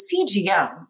CGM